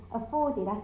afforded